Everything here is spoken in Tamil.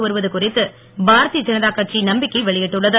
வருவது குறித்து பாரதிய ஜனதா கட்சி நம்பிக்கை வெளியிட்டுள்ளது